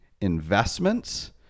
investments